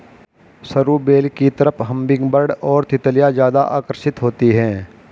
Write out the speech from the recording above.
सरू बेल की तरफ हमिंगबर्ड और तितलियां ज्यादा आकर्षित होती हैं